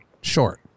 short